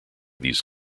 these